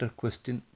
question